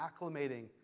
acclimating